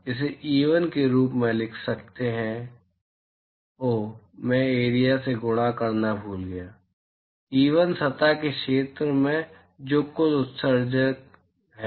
तो हम इसे E1 के रूप में लिख सकते हैं ओह मैं एरिया से गुणा करना भूल गया E1 सतह के क्षेत्र में जो कुल उत्सर्जन है